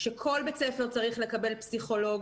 אנחנו חושבים שכל בית ספר צריך לקבל פסיכולוג.